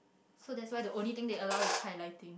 so that's why the only thing they allow is highlighting